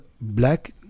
black